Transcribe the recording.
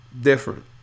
Different